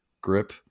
grip